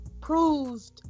proved